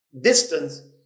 distance